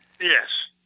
Yes